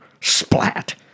Splat